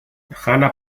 jana